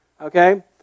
okay